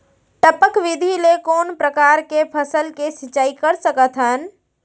टपक विधि ले कोन परकार के फसल के सिंचाई कर सकत हन?